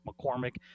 McCormick